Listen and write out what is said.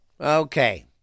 Okay